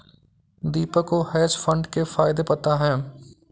दीपक को hedge fund के फायदे पता है